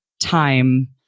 time